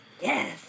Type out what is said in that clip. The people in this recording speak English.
Yes